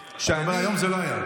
היום זה לא היה.